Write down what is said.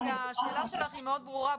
השאלה שלך היא מאוד ברורה,